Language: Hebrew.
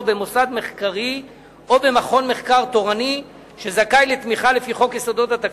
במוסד מחקרי או במכון מחקר תורני שזכאי לתמיכה לפי חוק יסודות התקציב,